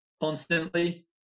constantly